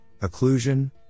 occlusion